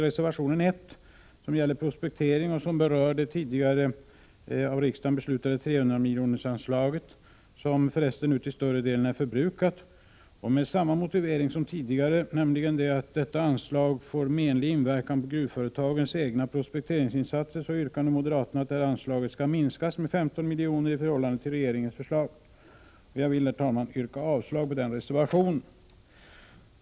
Reservation nr 1 gäller prospektering och berör det tidigare av riksdagen beslutade 300-miljonersanslaget, vilket för resten till större delen är förbrukat. Med samma motivering som tidigare, nämligen att detta anslag skulle få menlig inverkan på gruvföretagens egna prospekteringsinsatser, yrkar nu moderaterna att anslaget skall minskas med 15 milj.kr. i förhållande till regeringens förslag. Jag yrkar, herr talman, avslag på denna reservation.